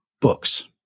books